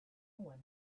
one